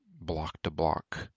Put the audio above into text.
block-to-block